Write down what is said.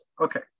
okay